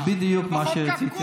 זה בדיוק מה שרציתי להגיד.